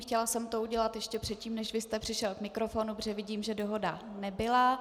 Chtěla jsem to udělat ještě předtím, než vy jste přišel k mikrofonu, protože vidím, že dohoda nebyla.